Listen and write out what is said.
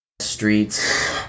streets